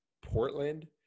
Portland